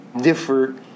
differ